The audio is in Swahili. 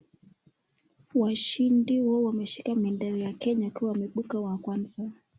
Washindi wawa wameshika mendera ya Kenya wakiwa wameipuka wa kwanza.